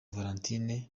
valentine